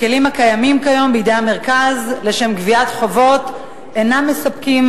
הכלים הקיימים כיום בידי המרכז לגביית חובות אינם מספקים